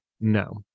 No